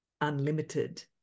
unlimited